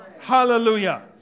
Hallelujah